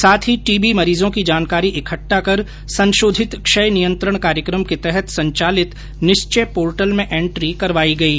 साथ ही टीबी मरीजों की जानकारी इकट्ठा कर संशोधित क्षय नियंत्रण कार्यक्रम के तहत संचालित निश्चय पोर्टल में एंट्री करवायी गयी